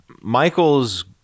Michael's